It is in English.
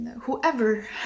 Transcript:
whoever